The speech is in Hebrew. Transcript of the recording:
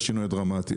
השינוי הדרמטי,